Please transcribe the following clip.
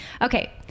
okay